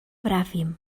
bràfim